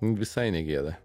visai negėda